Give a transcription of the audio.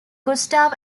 gustav